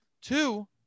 Two